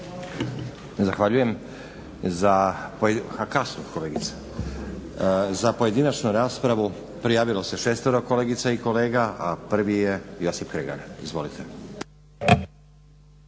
Zahvaljujem. Za pojedinačnu raspravu prijavilo se šestero kolegica i kolega, a prvi je Josip Kregar. Izvolite.